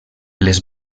les